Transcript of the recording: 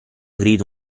grido